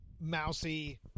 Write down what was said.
mousy